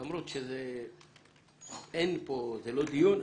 למרות שאנחנו לא מקיימים דיון,